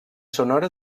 sonora